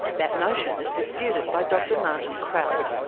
that notion is disputed by dr martin krause,